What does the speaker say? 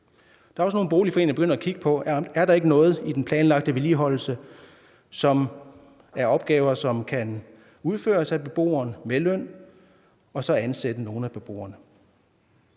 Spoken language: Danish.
Der er også nogle boligforeninger, der begynder at kigge på, om der er noget i den planlagte vedligeholdelse, som er opgaver, som kan udføres af beboere med løn, og så ansætter nogle af beboerne.